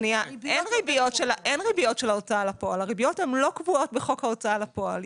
אין ריביות של ההוצאה לפועל.